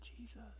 Jesus